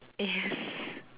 yes